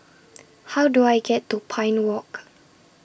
How Do I get to Pine Walk